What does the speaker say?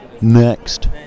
Next